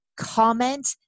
comment